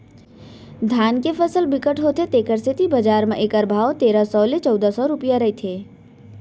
धान के फसल बिकट होथे तेखर सेती बजार म एखर भाव तेरा सव ले चउदा सव रूपिया रहिथे